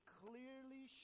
clearly